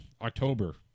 October